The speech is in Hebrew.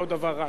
לא דבר רע.